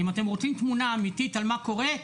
אם אתם רוצים תמונה אמתית על מה קורה,